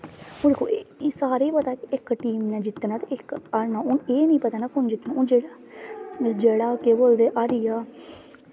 दिक्खो एह् सारें गी पता ऐ कि इक टीम नै जित्तना ते इक नै हारना हून एह् निं पता कुन जित्तना हून जेह्ड़ा केह् बोलदे हारी गेआ